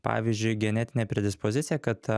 pavyzdžiui genetinę predispoziciją kad